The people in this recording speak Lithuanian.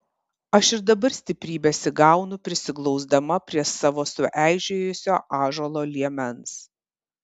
aš ir dabar stiprybės įgaunu prisiglausdama prie savo sueižėjusio ąžuolo liemens